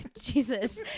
Jesus